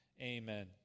amen